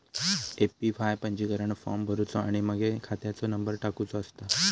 APY पंजीकरण form भरुचो आणि मगे खात्याचो नंबर टाकुचो असता